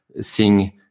seeing